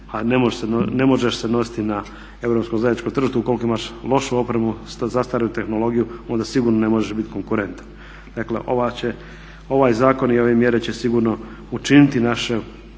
a ne može se nositi na europskom zajedničkom tržištu ukoliko imaš lošu opremu, zastarjelu tehnologiju, onda sigurno ne možeš biti konkurentan. Dakle ovaj zakon i ove mjere će sigurno učiniti naše